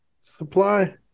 supply